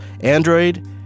Android